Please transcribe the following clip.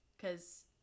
cause